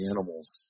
animals